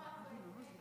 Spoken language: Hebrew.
נאום הנדסת